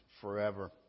forever